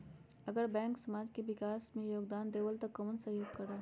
अगर बैंक समाज के विकास मे योगदान देबले त कबन सहयोग करल?